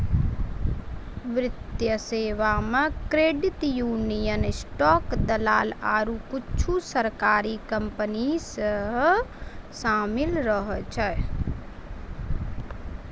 वित्तीय सेबा मे क्रेडिट यूनियन, स्टॉक दलाल आरु कुछु सरकारी कंपनी सेहो शामिल रहै छै